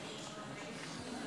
למה?